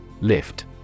Lift